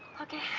ok?